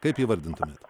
kaip įvardintumėt